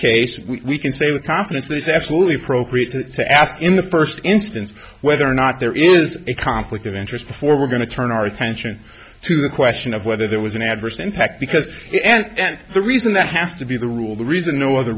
case we can say with confidence that it's absolutely appropriate to ask in the first instance whether or not there is a conflict of interest before we're going to turn our attention to the question of whether there was an adverse impact because and the reason that has to be the rule the reason no othe